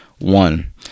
One